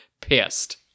pissed